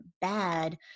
bad